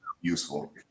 useful